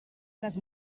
les